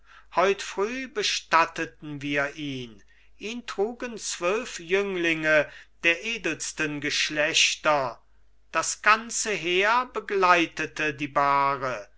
heut früh bestatteten wir ihn ihn trugen zwölf jünglinge der edelsten geschlechter das ganze heer begleitete die bahre